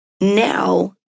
now